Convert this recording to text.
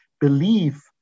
believe